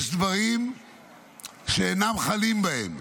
יש דברים שאינם חלים בהן,